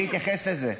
אני אתייחס לזה.